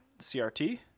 CRT